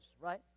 right